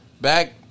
back